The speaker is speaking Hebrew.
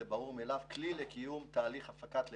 כלי לקיום תהליך הפקת לקחים,